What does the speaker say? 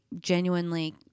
genuinely